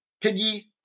Piggy